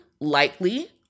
likely